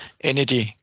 energy